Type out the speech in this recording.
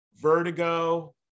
Vertigo